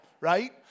right